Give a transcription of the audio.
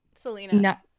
Selena